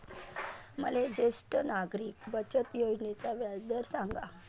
मले ज्येष्ठ नागरिक बचत योजनेचा व्याजदर सांगा